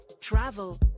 travel